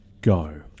Go